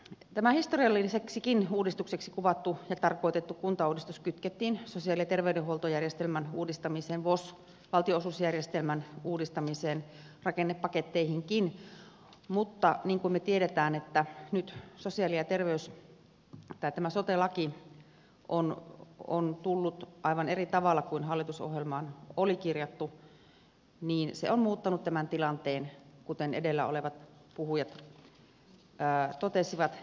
tämä historialliseksikin uudistukseksi kuvattu ja tarkoitettu kuntauudistus kytkettiin sosiaali ja terveydenhuoltojärjestelmän uudistamisen vos valtionosuusjärjestelmän uudistamisen rakennepaketteihinkin mutta niin kuin me tiedämme nyt tämä sote laki on tullut aivan eri tavalla kuin hallitusohjelmaan oli kirjattu ja se on muuttanut tämän tilanteen kuten edellä olevat puhujat totesivat